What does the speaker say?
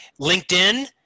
LinkedIn